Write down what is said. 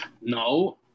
no